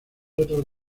otros